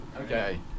Okay